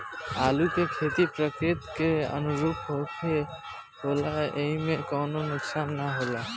आलू के खेती प्रकृति के अनुरूप होला एइमे कवनो नुकसान ना होला